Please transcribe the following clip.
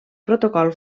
protocol